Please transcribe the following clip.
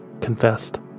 confessed